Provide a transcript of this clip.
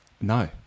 No